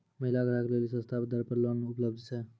महिला ग्राहक लेली सस्ता दर पर लोन उपलब्ध छै?